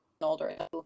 older